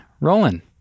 rolling